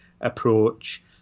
approach